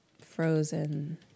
Frozen